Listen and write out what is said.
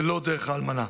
ולא דרך האלמנה.